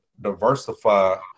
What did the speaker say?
diversify